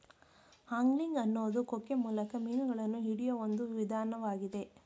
angling ಅನ್ನೋದು ಕೊಕ್ಕೆ ಮೂಲಕ ಮೀನುಗಳನ್ನ ಹಿಡಿಯೋ ಒಂದ್ ವಿಧಾನ್ವಾಗಿದೆ